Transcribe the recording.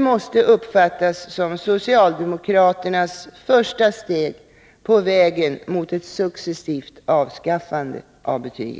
måste uppfattas som socialdemokraternas första steg på vägen mot ett successivt avskaffande av betygen.